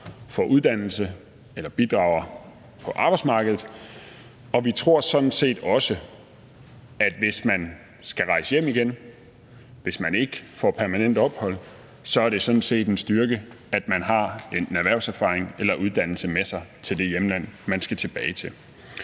en uddannelse eller bidrager på arbejdsmarkedet, og vi tror sådan set også, at det, hvis man skal rejse hjem igen, hvis man ikke får permanent ophold, sådan set er en styrke, at man enten har erhvervserfaring eller uddannelse med sig til det hjemland, man skal tilbage til.